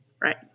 Right